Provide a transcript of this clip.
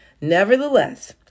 Nevertheless